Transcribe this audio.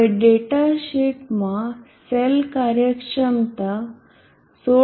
હવે ડેટા શીટમાં સેલ કાર્યક્ષમતા 16